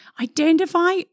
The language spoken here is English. Identify